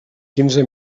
quinze